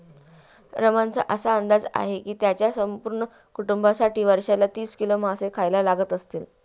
रमणचा असा अंदाज आहे की त्याच्या संपूर्ण कुटुंबासाठी वर्षाला तीस किलो मासे खायला लागत असतील